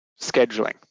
scheduling